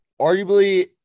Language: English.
Arguably